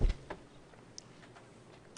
הצבעה בעד,